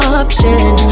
option